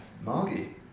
Margie